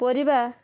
ପରିବା